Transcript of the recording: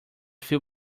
feel